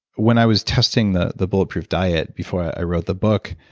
when i was testing the the bulletproof diet before i wrote the book.